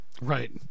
right